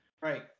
Right